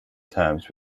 terms